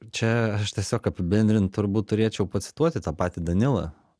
čia aš tiesiog apibendrinant turbūt turėčiau pacituoti tą patį danilą